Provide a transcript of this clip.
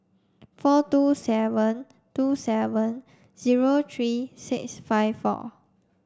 four two seven two seven zero three six five four